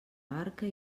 barca